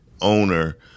owner